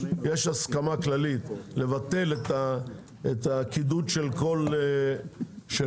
יש הסכמה כללית לבטל את הקידוד של כל מוצר,